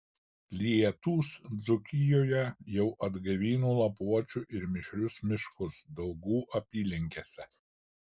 lietūs dzūkijoje jau atgaivino lapuočių ir mišrius miškus daugų apylinkėse